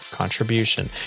Contribution